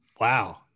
wow